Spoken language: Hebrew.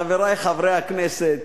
חברי חברי הכנסת,